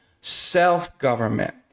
self-government